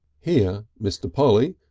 here mr. polly,